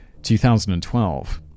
2012